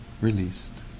released